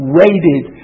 waited